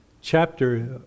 chapter